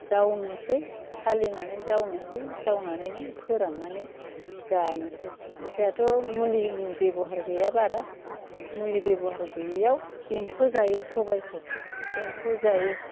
जावनोसै सालिनानै जावनोसै जावनानैनो फोराननानै जानोसै जोंहाथ' मुलिनि बेबहार गैया बारा मुलि बेबहार गैयैयाव एम्फौ जायो सबाइखौ एम्फौ जायो